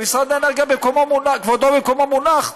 ומשרד האנרגיה כבודו במקומו מונח,